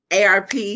ARP